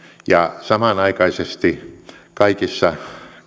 ja samanaikaisesti kaikissa